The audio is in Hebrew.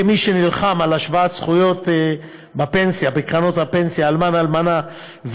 כמי שנלחם על השוואות זכויות בקרנות הפנסיה לאלמן ולאלמנה,